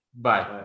bye